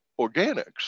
organics